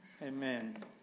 amen